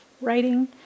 writing